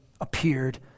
appeared